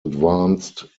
advanced